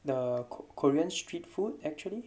the korean street food actually